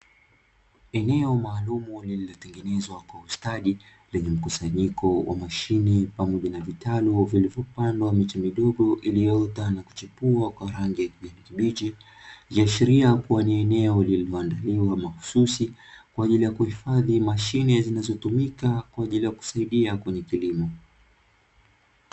Eneo maalumu lililo tengenezwa kwa ustadi, lenye mkusanyiko wa mashine pamoja na vitalu vilivyopandwa miche midogo iliyoota na kuchipua kwa rangi ya kijani kibichi, ikiashiria kuwa ni eneo lililo andaliwa mahususi kwa ajili ya kuhifadhi mashine zinazo tumika kwa ajili ya kusaidia kwenye kilimo.